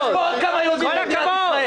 יש פה עוד כמה יהודים במדינת ישראל,